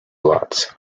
lots